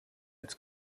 als